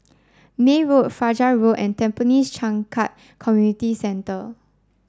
May Road Fajar Road and Tampines Changkat Community Centre